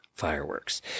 fireworks